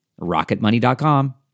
Rocketmoney.com